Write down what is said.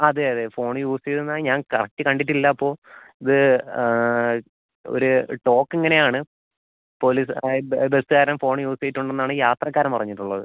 അതെ അതെ phone use ചെയ്യുന്നത് ഞാൻ കറക്റ്റ് കണ്ടിട്ടില്ല അപ്പോൾ ഇത് ഒര് ടോക്ക് ഇങ്ങനെയാണ് പോലീസ് അതായത് ബസ്സുകാരൻ ഫോണ് യൂസ് ചെയ്തിട്ടുണ്ടെന്നാണ് യാത്രക്കാരൻ പറഞ്ഞിട്ടുള്ളത്